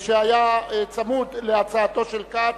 שהיה צמוד להצעתו של כץ,